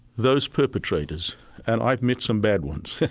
those perpetrators and i've met some bad ones,